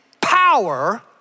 power